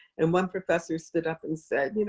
and one professor stood up and said, i mean